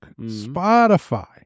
Spotify